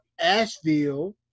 Asheville